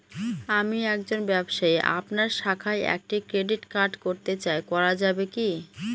আমি একজন ব্যবসায়ী আপনার শাখায় একটি ক্রেডিট কার্ড করতে চাই করা যাবে কি?